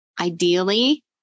Ideally